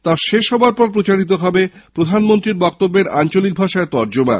তা শেষ হওয়ার পর সম্প্রচারিত হবে প্রধানমন্ত্রীর বক্তব্যের আঞ্চলিক ভাষায় তর্জমা